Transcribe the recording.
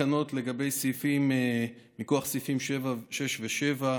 תקנות סמכויות מיוחדות להתמודדות עם נגיף הקורונה